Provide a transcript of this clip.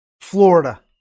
florida